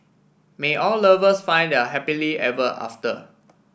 may all lovers find their happily ever after